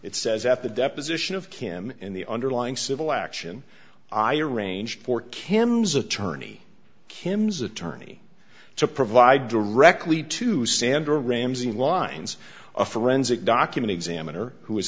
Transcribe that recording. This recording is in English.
it says at the deposition of kim in the underlying civil action i arranged for kim za turney kim's attorney to provide directly to sandra ramsey lines a forensic document examiner who